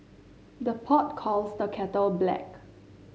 the pot calls the kettle black